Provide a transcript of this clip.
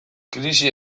krisi